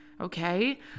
okay